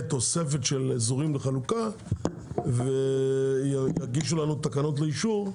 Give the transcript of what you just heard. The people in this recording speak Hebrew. תוספת של אזורים לחלוקה ויגישו לנו תקנות לאישור,